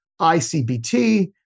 ICBT